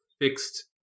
fixed